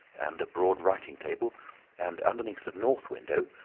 and a broad writing-table, and, under the north window,